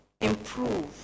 improve